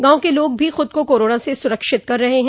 गांव के लोग भी खुद को कोरोना से सूरक्षित कर रहे हैं